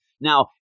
Now